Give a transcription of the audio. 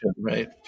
right